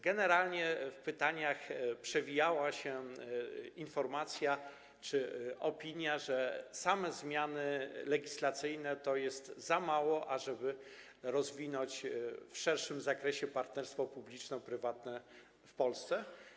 Generalnie w pytaniach przewijała się informacja czy opinia, że same zmiany legislacyjne to jest za mało, ażeby rozwinąć w szerszym zakresie partnerstwo publiczno-prywatne w Polsce.